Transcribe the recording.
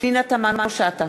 פנינה תמנו-שטה,